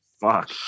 Fuck